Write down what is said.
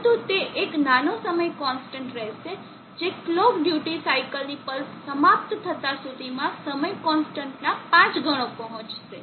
પરંતુ તે એક નાનો સમય કોન્સ્ટન્ટ રહેશે જે કલોક ડ્યુટી સાઇકલની પલ્સ સમાપ્ત થતાં સુધીમાં સમય કોન્સ્ટન્ટના 5 ગણો પહોંચશે